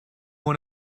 one